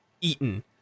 eaten